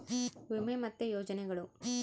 ವಿಮೆ ಮತ್ತೆ ಯೋಜನೆಗುಳು